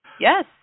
Yes